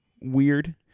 weird